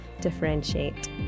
differentiate